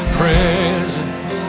presence